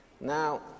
Now